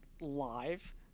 live